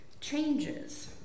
changes